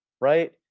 right